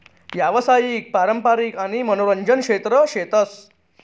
यावसायिक, पारंपारिक आणि मनोरंजन क्षेत्र शेतस